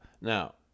now